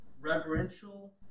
reverential